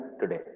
today